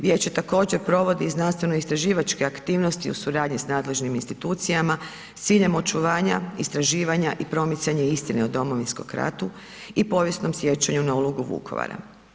Vijeće također provodi i znanstveno istraživačke aktivnosti u suradnji s nadležnim institucijama s ciljem očuvanja, istraživanja i promicanja istine o Domovinskom ratu i povijesnom sjećanju na ulogu Vukovara.